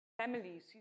families